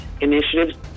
initiatives